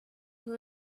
who